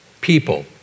people